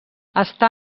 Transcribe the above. està